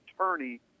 attorney